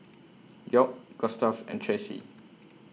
York Gustave and Tressie